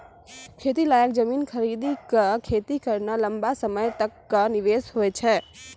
खेती लायक जमीन खरीदी कॅ खेती करना लंबा समय तक कॅ निवेश होय छै